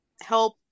help